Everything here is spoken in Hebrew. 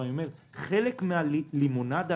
אבל חלק מהלימונדה